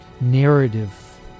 narrative